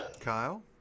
Kyle